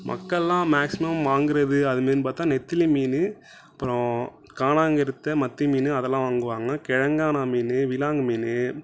மக்கள்லாம் மேக்சிமம் வாங்கிறது அது மாதிரி பார்த்தா நெத்திலி மீன் அப்புறம் காணாங்கருத்தை மத்தி மீன் அதெல்லாம் வாங்குவாங்க கிழங்கானா மீன் விலாங்கு மீன்